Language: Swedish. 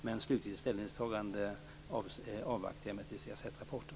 Men slutgiltigt ställningstagande avvaktar jag med tills jag har sett rapporten.